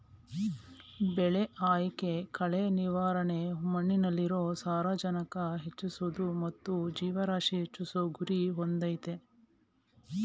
ಬೆಳೆ ಆಯ್ಕೆ ಕಳೆ ನಿರ್ವಹಣೆ ಮಣ್ಣಲ್ಲಿರೊ ಸಾರಜನಕ ಹೆಚ್ಚಿಸೋದು ಮತ್ತು ಜೀವರಾಶಿ ಹೆಚ್ಚಿಸೋ ಗುರಿ ಹೊಂದಯ್ತೆ